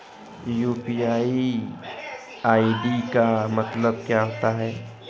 UPI ID का मतलब क्या होता है?